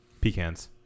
Pecans